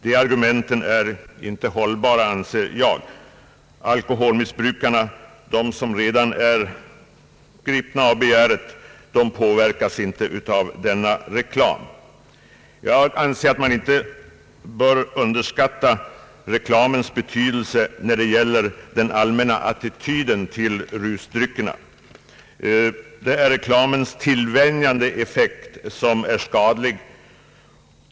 De argumenten är inte hållbara, anser jag. Alkoholmissbrukarna — de som redan är gripna av begäret — påverkas visserligen inte av denna reklam. Jag anser emellertid att man inte bör underskatta reklamens betydelse när det gäller den allmänna attityden till rusdryckerna. Det är reklamens tillvänjande effekt som är skadlig.